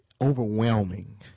overwhelming